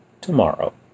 tomorrow